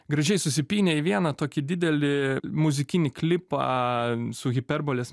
gražiai susipynę į vieną tokį didelį muzikinį klipą su hiperbolės